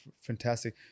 fantastic